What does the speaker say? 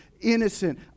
innocent